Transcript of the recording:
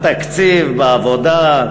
התקציב בעבודה,